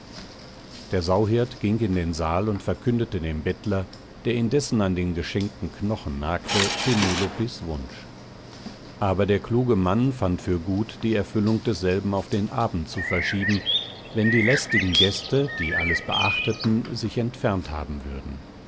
der sauhirt ging in den saal und verkündete dem bettler der indessen an den geschenkten knochen nagte penelopes wunsch aber der kluge mann fand für gut die erfüllung desselben auf den abend zu verschieben wenn die lästigen gaste die alles beachteten sich entfernt haben würden